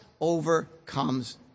overcomes